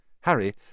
Harry